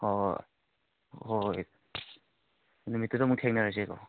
ꯍꯣ ꯍꯣꯏ ꯍꯣꯏ ꯍꯣꯏ ꯅꯨꯃꯤꯠꯇꯨꯗ ꯑꯃꯨꯛ ꯊꯦꯡꯅꯔꯁꯦꯕ